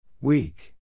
Weak